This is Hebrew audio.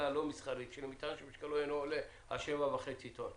לא מסחרית של מטען שמשקלו אינו עולה על 7.5 טון",